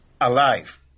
alive